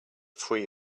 free